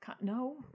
no